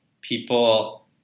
people